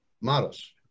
models